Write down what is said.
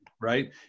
right